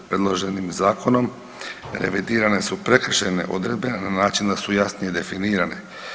Predloženim zakonom revidirane su prekršajne odredbe na način da su jasne i definirane.